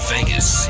Vegas